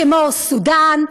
כמו סודאן,